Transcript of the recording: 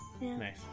Nice